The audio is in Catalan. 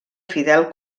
fidel